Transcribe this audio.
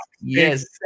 yes